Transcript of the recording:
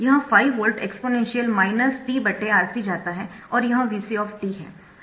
यह 5 volt exponential minus t R C जाता है और यह V c है